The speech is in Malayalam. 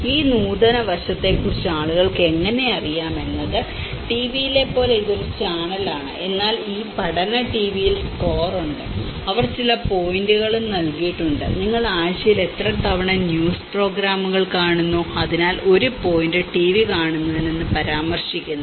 ഈ നൂതന വശത്തെക്കുറിച്ച് ആളുകൾക്ക് എങ്ങനെ അറിയാം എന്നത് ടിവിയിലെ പോലെ ഒരു ചാനലാണ് എന്നാൽ ഇവിടെ ഈ പഠന ടിവിയിൽ സ്കോർ ഉണ്ട് അവർ ചില പോയിന്റുകളും നൽകിയിട്ടുണ്ട് നിങ്ങൾ ആഴ്ചയിൽ എത്ര തവണ ടിവി ന്യൂസ് പ്രോഗ്രാമുകൾ കാണുന്നു അതിനാൽ 1 പോയിന്റ് ടിവി കാണുന്നതിന് പരാമർശിക്കുന്നു